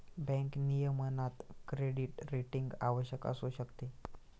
bank नियमनात credit rating आवश्यक असू शकते